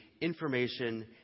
information